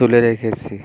তুলে রেখেছি